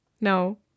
No